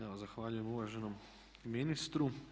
Evo zahvaljujem uvaženom ministru.